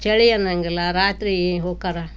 ಚಳಿ ಅನ್ನೋಂಗಿಲ್ಲ ರಾತ್ರಿ ಹೋಕಾರ